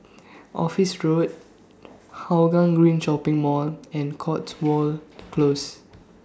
Office Road Hougang Green Shopping Mall and Cotswold Close